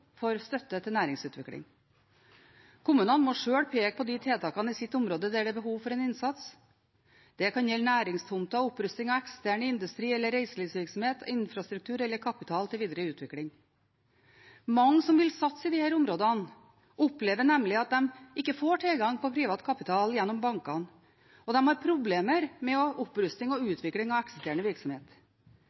for støtte til næringsutvikling. Kommunene må sjøl peke på de tiltakene i sitt område der det er behov for en innsats. Det kan gjelde næringstomter, opprustning av eksisterende industri eller reiselivsvirksomhet, infrastruktur eller kapital til videre utvikling. Mange som vil satse i disse områdene, opplever nemlig at de ikke får tilgang på privat kapital gjennom bankene, og de har problemer med opprustning og utvikling av eksisterende virksomhet.